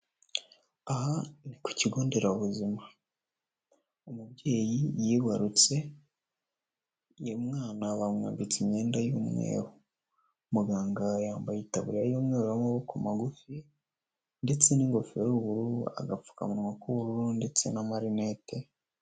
Aha ni ku kigonderabuzima, umubyeyi yibarutse, uyu mwana bamwambitse imyenda y'umweru. Muganga yambaye itaburiya y'umweru y'amaboko magufi, ndetse n'ingofero y'ubururu, agapfukamunwa k'ubururu ndetse n'amarinete.